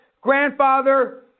grandfather